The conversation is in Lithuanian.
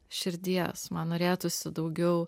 širdies man norėtųsi daugiau